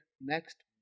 next